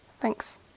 Thanks